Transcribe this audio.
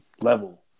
level